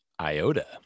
iota